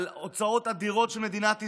על הוצאות אדירות של מדינת ישראל,